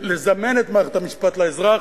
לזמן את מערכת המשפט לאזרח,